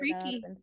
freaky